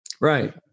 Right